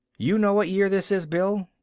you know what year this is, bill?